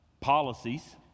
policies